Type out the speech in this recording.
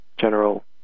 General